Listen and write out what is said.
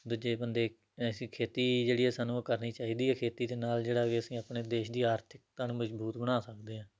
ਦੂਜੇ ਬੰਦੇ ਐਸੀ ਖੇਤੀ ਜਿਹੜੀ ਸਾਨੂੰ ਉਹ ਕਰਨੀ ਚਾਹੀਦੀ ਹੈ ਖੇਤੀ ਦੇ ਨਾਲ ਜਿਹੜਾ ਵੀ ਅਸੀਂ ਆਪਣੇ ਦੇਸ਼ ਦੀ ਆਰਥਿਕਤਾ ਨੂੰ ਮਜ਼ਬੂਤ ਬਣਾ ਸਕਦੇ ਹਾਂ